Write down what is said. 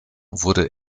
wurde